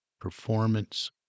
performance